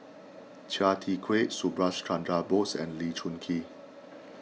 Chia Tee Chiak Subhas Chandra Bose and Lee Choon Kee